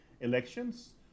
elections